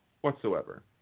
whatsoever